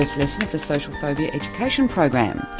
first lesson of the social phobia education program.